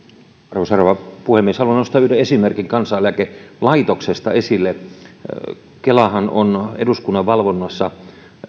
arvoisa rouva puhemies haluan nostaa esille yhden esimerkin kansaneläkelaitoksesta kelahan on eduskunnan valvonnassa